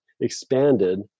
expanded